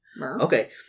Okay